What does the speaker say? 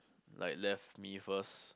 like left me first